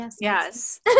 Yes